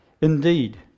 Indeed